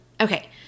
Okay